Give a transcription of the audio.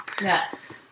Yes